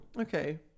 Okay